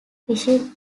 fishing